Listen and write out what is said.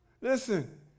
Listen